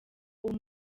ubu